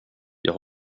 jag